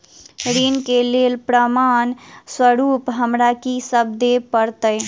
ऋण केँ लेल प्रमाण स्वरूप हमरा की सब देब पड़तय?